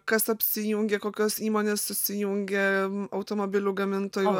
kas apsijungė kokios įmonės susijungė automobilių gamintojų